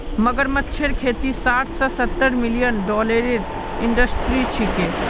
मगरमच्छेर खेती साठ स सत्तर मिलियन डॉलरेर इंडस्ट्री छिके